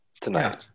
tonight